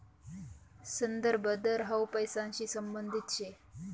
संदर्भ दर हाउ पैसांशी संबंधित शे